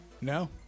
No